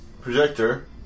Projector